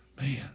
Man